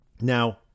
Now